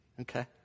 Okay